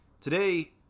today